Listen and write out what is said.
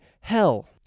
hell